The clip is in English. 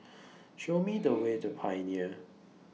Show Me The Way to Pioneer